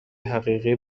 حقیقی